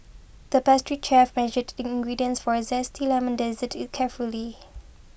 the pastry chef measured the ingredients for a Zesty Lemon Dessert carefully